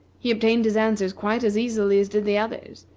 he obtained his answers quite as easily as did the others,